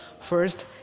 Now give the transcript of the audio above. first